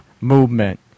movement